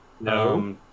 No